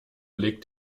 legt